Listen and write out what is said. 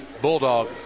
Bulldog